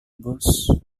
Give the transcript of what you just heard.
bus